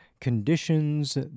conditions